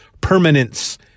permanence